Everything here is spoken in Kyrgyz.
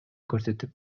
көрсөтүп